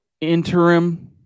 interim